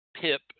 pip